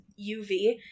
UV